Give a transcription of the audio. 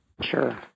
Sure